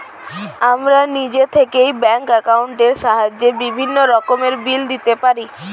আমরা নিজে থেকেই ব্যাঙ্ক অ্যাকাউন্টের সাহায্যে বিভিন্ন রকমের বিল দিতে পারি